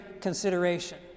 consideration